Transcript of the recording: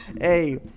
Hey